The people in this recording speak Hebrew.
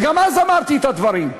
וגם אז אמרתי את הדברים.